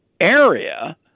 area